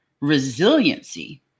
Resiliency